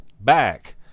back